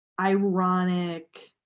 ironic